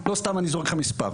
לא סתם אני זורק לך מספר.